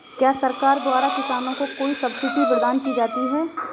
क्या सरकार द्वारा किसानों को कोई सब्सिडी प्रदान की जाती है?